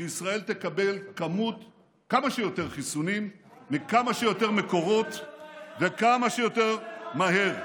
שישראל תקבל כמה שיותר חיסונים מכמה שיותר מקורות וכמה שיותר מהר,